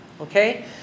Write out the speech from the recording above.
Okay